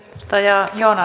arvoisa puhemies